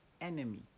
enemy